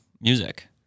music